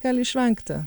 gali išvengti